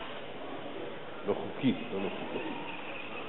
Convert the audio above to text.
לא חוקי, לא לא חוקתי.